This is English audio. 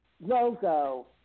logo